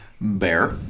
Bear